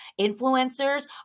Influencers